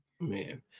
Man